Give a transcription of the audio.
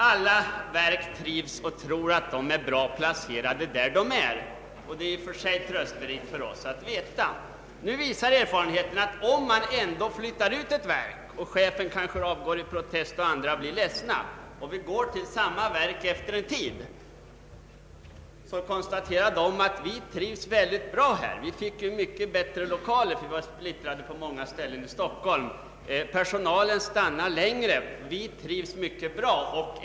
Alla verk trivs och tror att de är perfekt placerade där de är, vilket i och för sig är trösterikt för oss att veta. Men nu visar erfarenheten att även om man flyttar ut ett verk, och chefen kanske avgår i protest och andra anställda blir ledsna, och vi går till samma verk efter en tid, kan vi konstatera att personalen trivs väldigt bra också på det nya stället. Det har fått mycket bättre lokaler, ty verket var splittrat på många ställen i Stockholm. Personalen stannar längre.